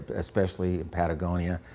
especially patagonia,